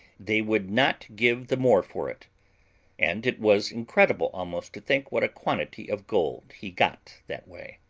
they would not give the more for it and it was incredible almost to think what a quantity of gold he got that way.